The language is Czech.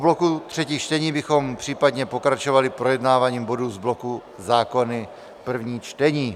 Po bloku třetích čtení bychom případně pokračovali projednáváním bodů z bloku zákony v prvním čtení.